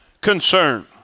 concern